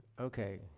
Okay